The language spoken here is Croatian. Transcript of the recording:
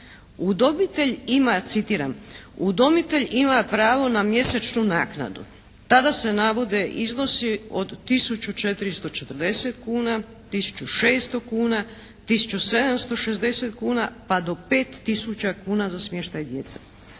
"Udomitelj ima pravo na mjesečnu naknadu.". Ta da se navode iznosi od tisuću 440 kuna, tisuću 600 kuna, tisuću 760 kuna pa do 5 tisuća kuna za smještaj djece.